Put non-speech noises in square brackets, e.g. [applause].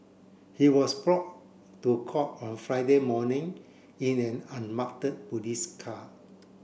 he was brought to court on Friday morning in an [unintelligible] police car